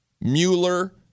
Mueller